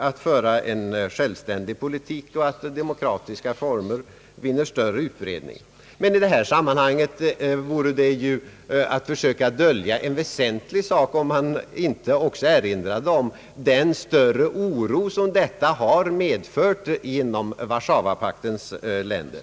att föra en självständig politik och att demokratiska former vinner större utbredning. I detta sammanhang vore det emellertid att försöka dölja en väsentlig sak, om man inte också pekade på den större oro som detta har medfört inom Warszawapaktens länder.